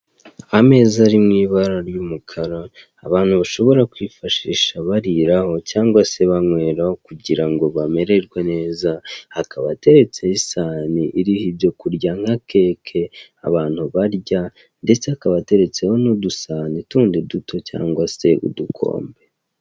Ameza ari mu ibara ry'umukara, abantu bashobora kwifashisha bariraho cyangwa se banywera kugira ngo bamererwe neza, akaba ateretseho isahani iriho ibyo kurya, nka keke abantu barya ndetse akaba ateretseho n'udusahani tundi duto cyangwa se udukombe.